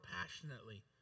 passionately